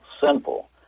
simple